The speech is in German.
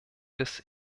des